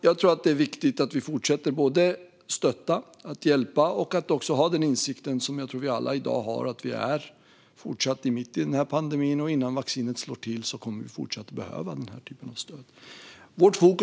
Jag tror att det är viktigt att både fortsätta stötta och hjälpa och att vi har den insikt som jag tror att vi alla har om att vi fortfarande är mitt i pandemin, och innan vaccinet kickar in kommer vi att behöva fortsätta ha den här typen av stöd.